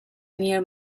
near